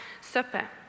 Supper